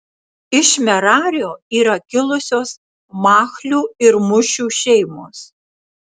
iš merario yra kilusios machlių ir mušių šeimos